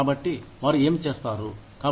కాబట్టి వారు ఏమి చేస్తారు